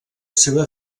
seva